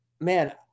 Man